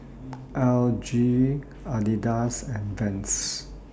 L G Adidas and Vans